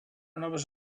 noves